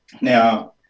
Now